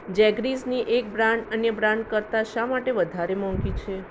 જેગરીઝની એક બ્રાન્ડ અન્ય બ્રાન્ડ કરતાં શા માટે વધારે મોંઘી છે